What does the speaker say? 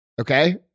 Okay